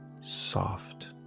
soft